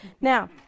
Now